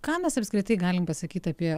ką mes apskritai galim pasakyt apie